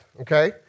okay